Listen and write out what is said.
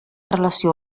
relació